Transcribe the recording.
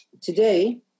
today